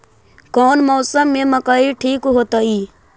कौन मौसम में मकई ठिक होतइ?